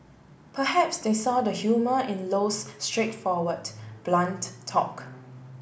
perhaps they saw the humour in Low's straightforward blunt talk